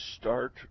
start